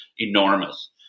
enormous